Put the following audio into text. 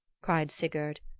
cried sigurd,